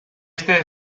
este